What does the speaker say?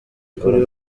kuri